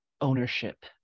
ownership